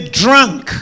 drunk